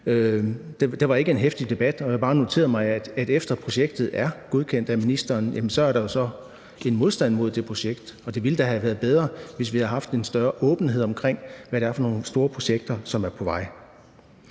Det var ikke en heftig debat, og jeg har bare noteret mig, at efter projektet er godkendt af ministeren, er der så en modstand mod det projekt. Og det ville da have været bedre, hvis vi havde haft en større åbenhed omkring, hvad det er for nogle store projekter, der er på vej.